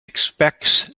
expects